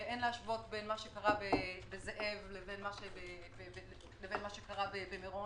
שאין להשוות בין מה שקרה בגבעת זאב לבין מה שקרה במירון.